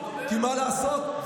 כי מה לעשות,